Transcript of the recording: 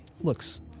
looks